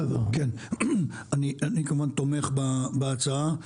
אני כמובן תומך בהצעה.